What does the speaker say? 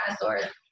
dinosaurs